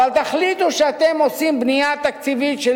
אבל תחליטו שאתם עושים בנייה תקציבית של